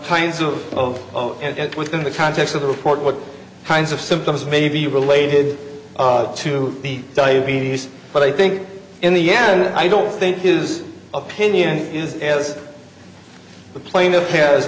kinds of and within the context of the report what kinds of symptoms may be related to the diabetes but i think in the end i don't think his opinion is as the plaintiff has